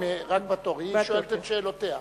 היא שואלת את שאלותיה.